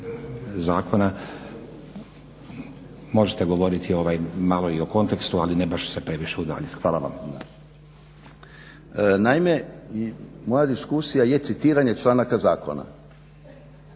zakona, možete govoriti malo i o kontekstu ali ne baš se previše udaljiti. Hvala vam./… Naime, moja diskusija je citiranje članaka zakona.